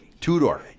Two-door